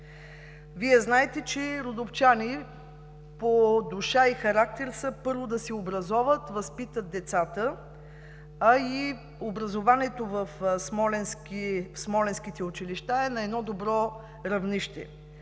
Вие знаете, че родопчани по душа и характер са, първо, да си образоват, възпитат децата, а и образованието в смолянските училища е на едно добро равнище.